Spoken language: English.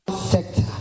sector